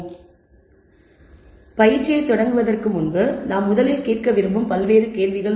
எனவே பயிற்சியைத் தொடங்குவதற்கு முன்பு நாம் முதலில் கேட்க விரும்பும் பல்வேறு கேள்விகள்